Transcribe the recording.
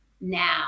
now